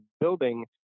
building